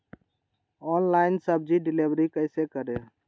Online सब्जी deliver कैसे करें?